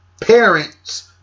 parents